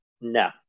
no